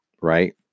right